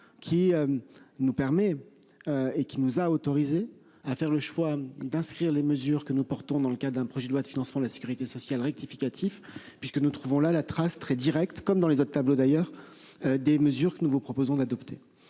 qui. Nous permet. Et qui nous a autorisés à faire le choix d'inscrire les mesures que nous portons dans le cas d'un projet de loi de financement de la Sécurité sociale rectificatif puisque nous trouvons la la trace très directe, comme dans les autres tableaux d'ailleurs. Des mesures que nous vous proposons d'adopter